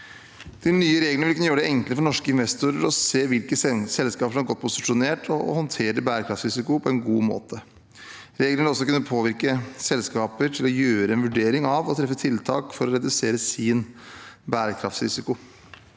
De nye reglene vil kunne gjøre det enklere for norske investorer å se hvilke selskaper som er godt posisjonert til å håndtere bærekraftsrisiko på en god måte. Reglene vil også kunne påvirke selskaper til å gjøre en vurdering av å treffe tiltak for å redusere sin bærekraftsrisiko.